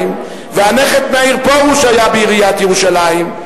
והנכד מאיר פרוש היה בעיריית ירושלים,